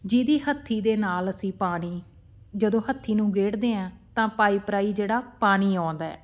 ਜਿਹਦੀ ਹੱਥੀ ਦੇ ਨਾਲ ਅਸੀਂ ਪਾਣੀ ਜਦੋਂ ਹੱਥੀ ਨੂੰ ਗੇੜਦੇ ਐਂ ਤਾਂ ਪਾਈਪ ਰਾਹੀਂ ਜਿਹੜਾ ਪਾਣੀ ਆਉਂਦਾ ਹੈ